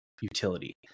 utility